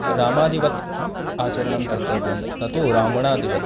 रामादिवत् आचरणं कर्तव्यं न तु रावणादिवत्